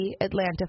Atlanta